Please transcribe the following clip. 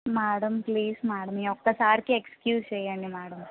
madam please madam ఈ ఒక్కసారికి excuse చేయండి మేడం